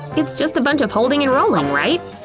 it's just a bunch of holding and rolling, right?